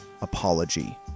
apology